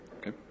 Okay